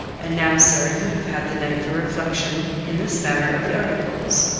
and now, sir, you have had the night for reflection in this matter of the articles.